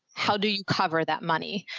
how do you cover that money?